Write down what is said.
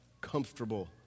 comfortable